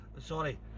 sorry